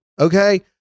Okay